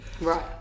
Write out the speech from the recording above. Right